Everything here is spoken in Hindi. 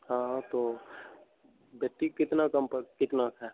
हाँ तो बेट्टी कितना कंपल कितना है